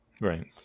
Right